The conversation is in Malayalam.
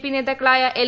പി നേതാക്കളായ എൽ